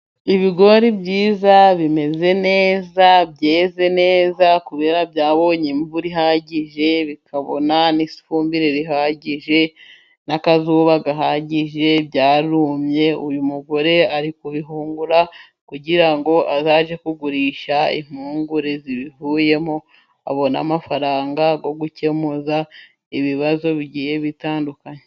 Ibigori byiza bimeze neza byeze neza kuberako byabonye imvura ihagije ,bikabona n'ifumbire rihagije n'akazuba gahagije byarumye, uyu mugore ari kubihungura kugira ngo azajye kugurisha impungure zibivuyemo abone amafaranga yo gukemuza ibibazo bigiye bitandukanye.